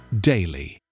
daily